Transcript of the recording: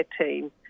team